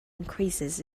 increases